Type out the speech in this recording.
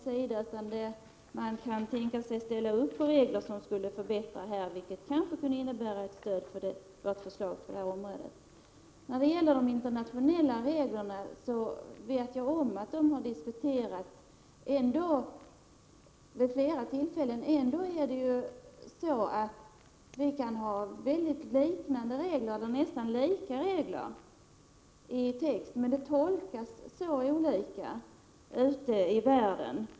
I stället kan man alltså tänka sig att ställa upp för regler som skulle kunna leda till en förbättring — vilket kanske innebär ett stöd för vårt förslag i detta sammanhang. Jag vet att de internationella reglerna har diskuterats vid flera tillfällen. Men även om vi har nästan likalydande regler på papperet, tolkas reglerna i praktiken mycket olika ute i världen.